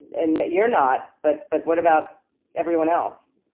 and you're not, but but what about everyone else?